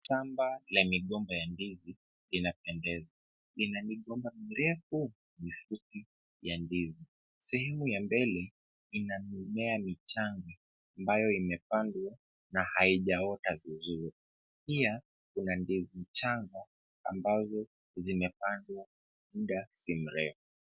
Shamba la migomba ya ndizi inapendeza. Ina migomba mirefu na mifupi ya ndizi. Sehemu ya mbele ina mimea michanga ambayo imepandwa na haijaota vizuri. Pia kuna ndizi changa ambazo zimepandwa muda si mrefu.